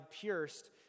pierced